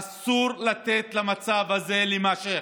אסור לתת למצב הזה להימשך.